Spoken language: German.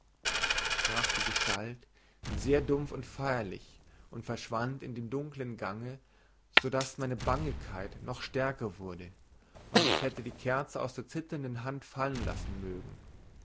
sprach die gestalt sehr dumpf und feierlich und verschwand in dem dunklen gange so daß meine bangigkeit noch stärker wurde und ich schier hätte die kerze aus der zitternden hand fallenlassen mögen